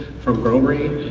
from gomri,